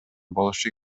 болушу